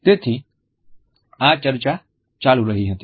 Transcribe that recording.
તેથી આ ચર્ચા ચાલુ રહી હતી